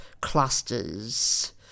clusters